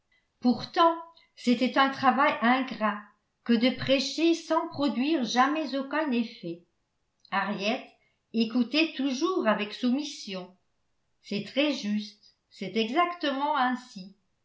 pourtant c'était un travail ingrat que de prêcher sans produire jamais aucun effet henriette écoutait toujours avec soumission c'est très juste c'est exactement ainsi